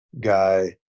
guy